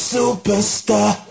Superstar